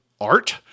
art